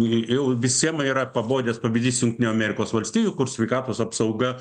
ji jau visiem yra pabodęs pavyzdys jungtinių amerikos valstijų kur sveikatos apsauga